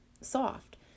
soft